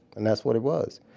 and that's what it was.